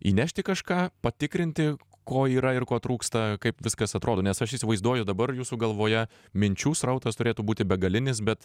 įnešti kažką patikrinti ko yra ir ko trūksta kaip viskas atrodo nes aš įsivaizduoju dabar jūsų galvoje minčių srautas turėtų būti begalinis bet